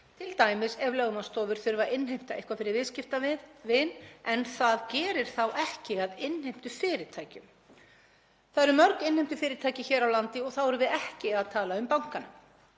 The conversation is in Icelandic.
t.d. ef lögmannsstofur þurfa að innheimta eitthvað fyrir viðskiptavin, en það gerir þær ekki að innheimtufyrirtækjum. Það eru mörg innheimtufyrirtæki hér á landi og þá erum við ekki að tala um bankana.